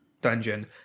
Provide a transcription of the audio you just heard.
dungeon